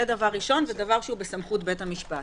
זה דבר ראשון, והוא דבר שבסמכות בית המשפט.